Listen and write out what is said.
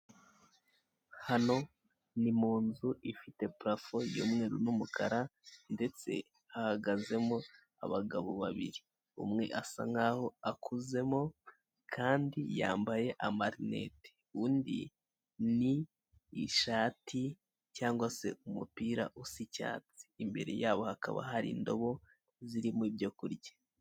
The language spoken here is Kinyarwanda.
Hano ni mu nzu ifite purafo y'umweru n'umukara ndetse hahagazemo abagabo babiri, umwe asa nkaho akuzemo kandi yambaye amarinete. Undi ni ishati cyangwa se umupira usa icyatsi. Imbere yabo hakaba hari indobo zirimo ibyo kurya.